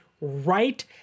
right